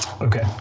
Okay